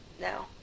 no